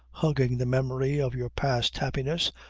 hugging the memory of your past happiness,